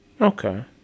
Okay